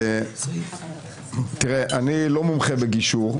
אני לא מומחה בגישור,